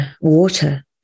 water